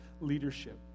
leadership